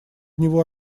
него